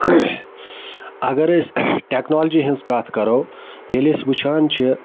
اَگر أسۍ ٹیٚکنالجی ہٕنٛز کَتھ کَرو ییٚلہِ أسۍ وٕچھان چھِ